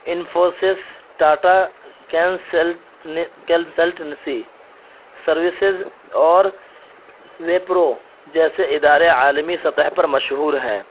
انفوسس ٹاٹا کینسیلٹ نے consultancy services اور وپرو جیسے ادارے عالم سطح پر مشہور ہیں